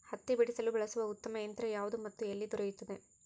ಹತ್ತಿ ಬಿಡಿಸಲು ಬಳಸುವ ಉತ್ತಮ ಯಂತ್ರ ಯಾವುದು ಮತ್ತು ಎಲ್ಲಿ ದೊರೆಯುತ್ತದೆ?